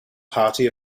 party